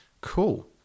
cool